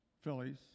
Phillies